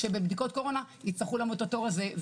שבבדיקות קורונה הצטרכו לעמוד בתור הזה,